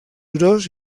gros